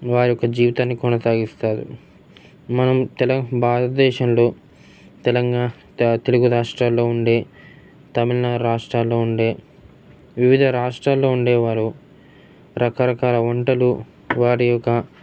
వారి యొక్క జీవితాన్ని కొనసాగిస్తారు మనం తెల భారతదేశంలో తెలంగాణ త తెలుగు రాష్ట్రాల్లో ఉండే తమిళనాడు రాష్ట్రాల్లో ఉండే వివిధ రాష్ట్రాల్లో ఉండే వారు రకరకాల వంటలు వారి యొక